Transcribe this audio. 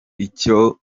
icyo